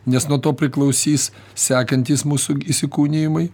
nes nuo to priklausys sekantys mūsų įsikūnijimai